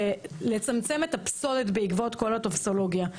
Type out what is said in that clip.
שעזרנו לצמצם את הפסולת בעקבות כל הטופסולוגיה.